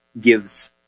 gives